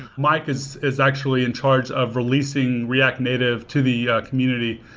mike is is actually in charge of releasing react native to the community.